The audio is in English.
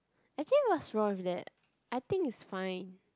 actually what's wrong with that I think is fine